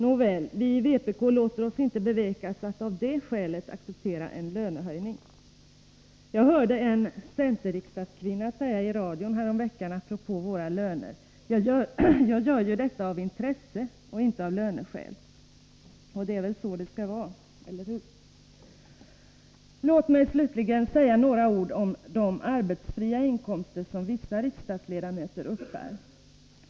Nåväl, vi i vpk låter oss inte bevekas av att detta skäl acceptera en lönehöjning. Jag hörde en centerriksdagskvinna säga i radion häromveckan, apropå våra löner: Jag gör ju detta av intresse och inte av löneskäl. Och det är väl så det skall vara, eller hur? Låt mig slutligen säga några ord om de arbetsfria inkomster som vissa riksdagsledamöter uppbär.